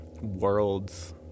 worlds